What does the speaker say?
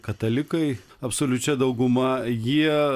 katalikai absoliučia dauguma jie